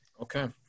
Okay